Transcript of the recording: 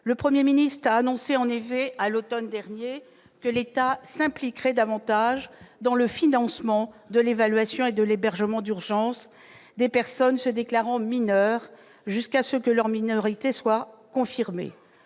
Le Premier ministre a annoncé à l'automne dernier que l'État s'impliquerait davantage dans le financement de l'évaluation et de l'hébergement d'urgence des personnes se déclarant mineures jusqu'à ce que leur minorité soit confirmée.